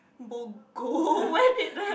Bogo where did the